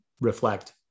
reflect